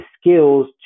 skills